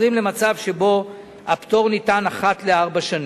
שבו הפטור ניתן אחת לארבע שנים.